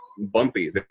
bumpy